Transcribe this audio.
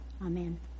Amen